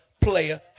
player